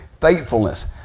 faithfulness